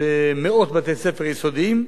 מאות בתי ספר-יסודיים.